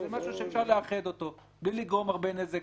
זה משהו שאפשר לאחר אותו בלי לגרום הרבה נזק,